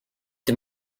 the